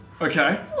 Okay